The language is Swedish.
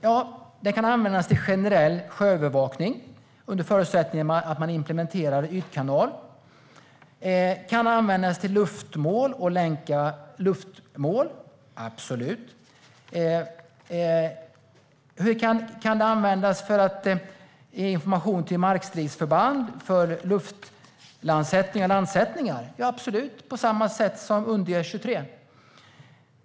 Ja, det kan användas till generell sjöövervakning, under förutsättning att man implementerar ytkanal. Det kan användas till luftmål och länka luftmål - absolut. Kan det användas för att ge information till markstridsförband för luftlandsättningar och landsättningar? Ja, absolut, på samma sätt som UndE 23.